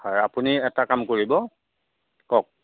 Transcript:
হয় আপুনি এটা কাম কৰিব কওক